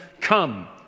Come